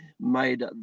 made